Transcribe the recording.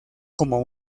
como